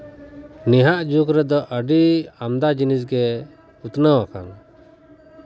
ᱱᱟᱦᱟᱜ ᱡᱩᱜᱽ ᱨᱮᱫᱚ ᱟᱹᱰᱤ ᱟᱢᱫᱟ ᱡᱤᱱᱤᱥ ᱜᱮ ᱩᱛᱱᱟᱹᱣ ᱟᱠᱟᱱᱟ